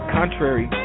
contrary